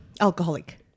alcoholic